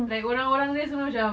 like orang-orang dia semua macam